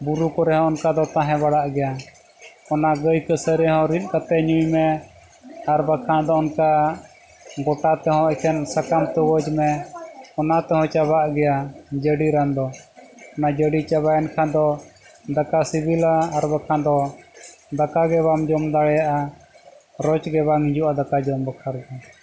ᱵᱩᱨᱩ ᱠᱚᱨᱮ ᱦᱚᱸ ᱚᱱᱠᱟ ᱫᱚ ᱛᱟᱦᱮᱸ ᱵᱟᱲᱟᱜ ᱜᱮᱭᱟ ᱚᱱᱟ ᱜᱟᱹᱭ ᱠᱟᱹᱥᱟᱹᱨᱤ ᱦᱚᱸ ᱨᱤᱫ ᱠᱟᱛᱮ ᱧᱩᱭ ᱢᱮ ᱟᱨ ᱵᱟᱠᱷᱟᱱ ᱫᱚ ᱚᱱᱠᱟ ᱜᱚᱴᱟ ᱛᱮᱦᱚᱸ ᱮᱠᱷᱮᱱ ᱥᱟᱠᱟᱢ ᱛᱚᱜᱚᱡ ᱢᱮ ᱚᱱᱟ ᱛᱮᱦᱚᱸ ᱪᱟᱵᱟᱜ ᱜᱮᱭᱟ ᱡᱟᱹᱰᱤ ᱨᱟᱱ ᱫᱚ ᱚᱱᱟ ᱡᱟᱹᱰᱤ ᱪᱟᱵᱟᱭᱮᱱ ᱠᱷᱟᱱ ᱫᱚ ᱫᱟᱠᱟ ᱥᱤᱵᱤᱞᱟ ᱟᱨ ᱵᱟᱠᱷᱟᱱ ᱫᱚ ᱫᱟᱠᱟ ᱜᱮ ᱵᱟᱢ ᱡᱚᱢ ᱫᱟᱲᱮᱭᱟᱜᱼᱟ ᱨᱚᱡᱽ ᱜᱮ ᱵᱟᱝ ᱦᱤᱡᱩᱜᱼᱟ ᱫᱟᱠᱟ ᱡᱚᱢ ᱵᱟᱠᱷᱨᱟ ᱦᱚᱸ